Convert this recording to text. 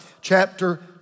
chapter